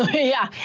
yeah.